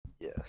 Yes